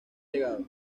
llegado